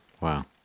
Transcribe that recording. wow